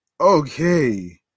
Okay